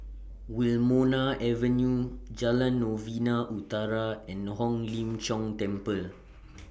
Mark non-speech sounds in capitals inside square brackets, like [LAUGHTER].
Wilmonar Avenue Jalan Novena Utara and Hong [NOISE] Lim Jiong Temple